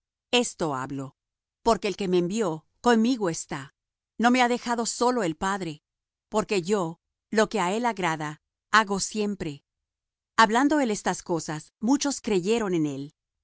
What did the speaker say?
esto hablo porque el que me envió conmigo está no me ha dejado solo el padre porque yo lo que á él agrada hago siempre hablando él estas cosas muchos creyeron en él